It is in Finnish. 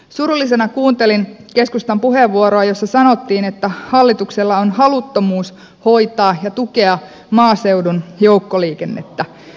surullisena kuuntelin keskustan puheenvuoroa jossa sanottiin että hallituksella on haluttomuus hoitaa ja tukea maaseudun joukkoliikennettä